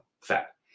fat